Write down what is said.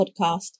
podcast